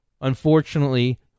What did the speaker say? Unfortunately